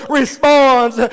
responds